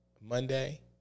Monday